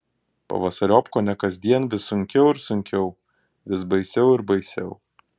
pavasariop kone kasdien vis sunkiau ir sunkiau vis baisiau ir baisiau